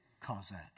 Cosette